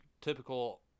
typical